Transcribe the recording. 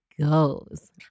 goes